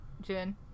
Jen